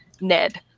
Ned